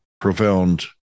profound